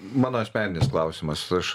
mano asmeninis klausimas aš